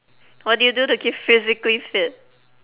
what do you do to keep physically fit